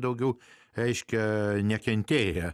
daugiau reiškia nekentėję